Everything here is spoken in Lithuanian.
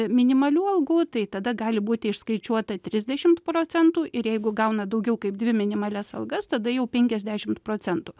minimalių algų tai tada gali būti išskaičiuota trisdešimt procentų ir jeigu gauna daugiau kaip dvi minimalias algas tada jau penkiasdešimt procentų